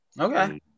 Okay